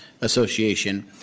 Association